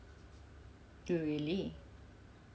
oh really